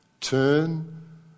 Turn